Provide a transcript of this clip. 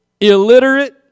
illiterate